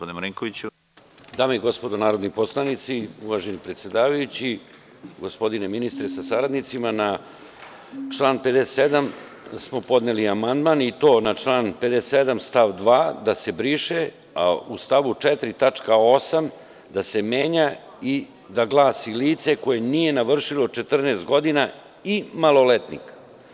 Dame i gospodo narodni poslanici uvaženi predsedavajući, gospodine ministre sa saradnicima, na član 57. smo podneli amandman i to na član 57. stav 2. da se briše, a u stavu 4. tačka 8) da se menja i da glasi – lice koje nije navršilo 14 godina i maloletnik.